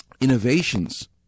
innovations